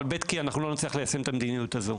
אבל בי"ת כי אנחנו לא נצליח ליישם את המדיניות הזו.